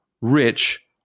rich